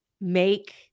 make